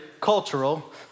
cultural